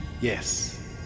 Yes